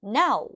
now